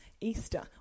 Easter